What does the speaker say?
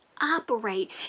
operate